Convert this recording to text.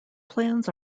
plans